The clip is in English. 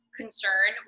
concern